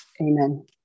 Amen